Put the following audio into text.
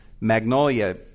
Magnolia